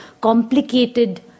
complicated